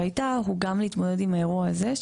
שהעיקר הוא גם להתמודד עם האירוע הזה,